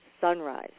sunrise